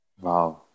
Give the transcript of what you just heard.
Wow